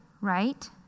right